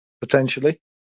potentially